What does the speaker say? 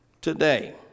Today